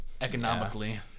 economically